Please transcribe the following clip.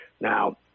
Now